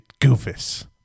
goofus